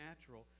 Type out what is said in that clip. natural